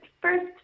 first